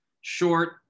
short